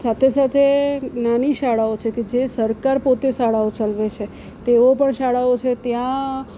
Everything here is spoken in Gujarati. સાથે સાથે નાની શાળાઓ છે કે જે સરકાર પોતે શાળાઓ ચલાવે છે તેઓ પણ શાળાઓ છે ત્યાં